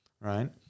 Right